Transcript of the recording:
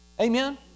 Amen